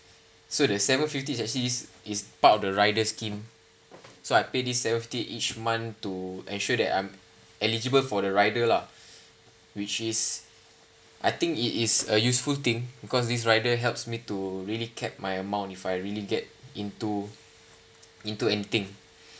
so the seven fifty is actually is part of the rider scheme so I pay this seventy each month to ensure that I'm eligible for the rider lah which is I think it is a useful thing because this rider helps me to really kept my amount if I really get into into anything